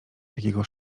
takiego